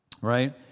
right